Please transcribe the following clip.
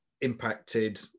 impacted